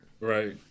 right